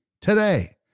today